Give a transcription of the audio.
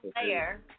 player